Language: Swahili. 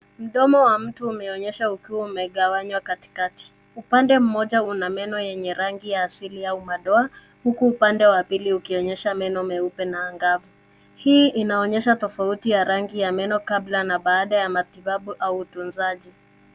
Mdomo wa mtu umeonyeshwa ukiwa umegawanywa katikati. Upande moja una meno yenye rangi ya asili au madoa huku upande wa pili ukionyesha meno meupe na angavu. Hii inaonyesha tofauti ya rangi ya meno kabla na baada ya matibabu au utunzaji.